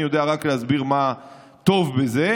אני יודע רק להסביר מה טוב בזה.